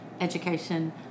education